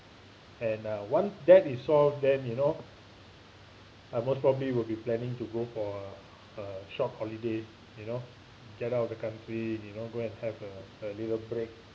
and uh once that is solved then you know I most probably will be planning to go for a a short holiday you know get out of the country you know go and have a a little break